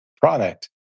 product